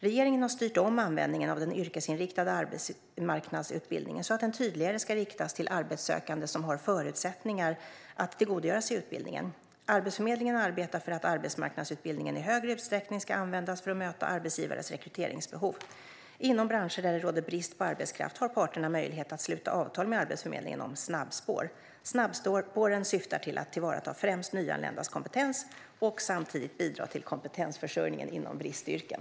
Regeringen har styrt om användningen av den yrkesinriktade arbetsmarknadsutbildningen så att den tydligare ska riktas till arbetssökande som har förutsättningar att tillgodogöra sig utbildningen. Arbetsförmedlingen arbetar för att arbetsmarknadsutbildningen i större utsträckning ska användas för att möta arbetsgivares rekryteringsbehov. Inom branscher där det råder brist på arbetskraft har parterna möjlighet att sluta avtal med Arbetsförmedlingen om snabbspår. Snabbspåren syftar till att tillvarata främst nyanländas kompetens och samtidigt bidra till kompetensförsörjningen inom bristyrken.